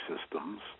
systems